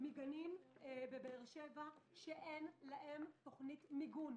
מגנים בבאר שבע שאין להם תוכנית מיגון.